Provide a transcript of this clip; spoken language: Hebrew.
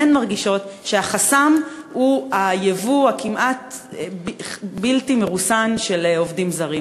הן מרגישות שהחסם הוא היבוא הכמעט בלתי-מרוסן של עובדים זרים.